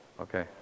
Okay